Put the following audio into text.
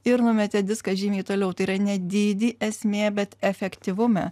ir numetė diską žymiai toliau tai yra ne dydy esmė bet efektyvume